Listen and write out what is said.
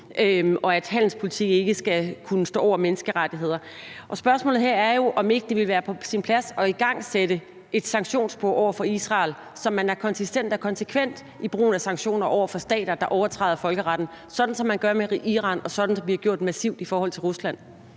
og at handelspolitik ikke skal kunne stå over menneskerettigheder. Spørgsmålet her er jo, om ikke det ville være på sin plads at igangsætte et sanktionsspor over for Israel, så man er konsistent og konsekvent i brugen af sanktioner over for stater, der overtræder folkeretten, sådan som man gør med Iran, og sådan som vi har gjort massivt i forhold til Rusland.